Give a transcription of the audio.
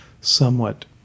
somewhat